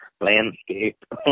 landscape